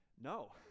No